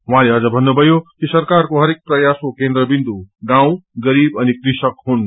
उहाँले अझ भन्नुभयो कि सरकारको हरेक प्रयासको केन्द्रविन्दु गाउँ गरीब अनि कृषक हुन्